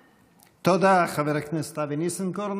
תודה, חבר הכנסת אבי ניסנקורן.